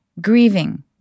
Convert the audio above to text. grieving